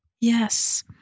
yes